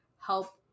help